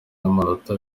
n’amanota